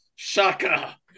Shaka